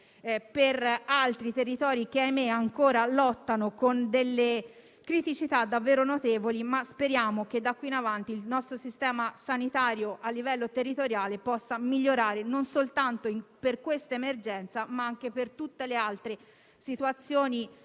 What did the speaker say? per altri territori che ancora lottano con criticità davvero notevoli. Speriamo che da qui in avanti il nostro sistema sanitario a livello territoriale possa migliorare, non soltanto per questa emergenza, ma anche per tutte le altre situazioni